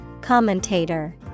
Commentator